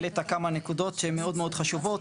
העלית כמה נקודות מאוד חשובות.